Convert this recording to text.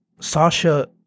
Sasha